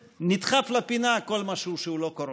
נדחק לפינה כל מה שהוא לא קורונה.